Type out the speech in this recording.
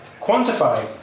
quantify